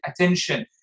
attention